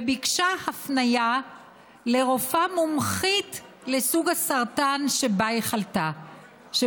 וביקשה הפניה לרופאה מומחית לסוג הסרטן שבו היא חלתה.